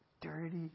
dirty